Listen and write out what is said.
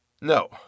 No